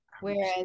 Whereas